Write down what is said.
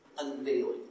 unveiling